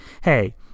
hey